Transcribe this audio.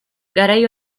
garai